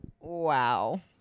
Wow